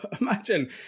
Imagine